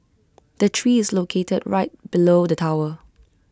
the tree is located right below the tower